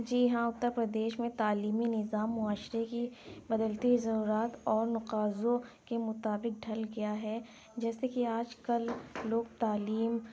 جی ہاں اُتر پردیش میں تعلیمی نظام معاشرے کی بدلتی ضروریات اور تقاضوں کے مطابق ڈھل گیا ہے جیسے کہ آج کل لوگ تعلیم